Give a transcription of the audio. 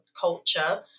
culture